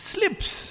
Slips